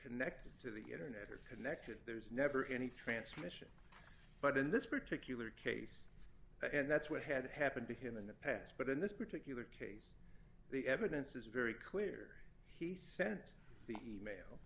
connected to the internet or connected there's never any transmission but in this particular case and that's what had happened to him in the past but in this particular case the evidence is very clear he sent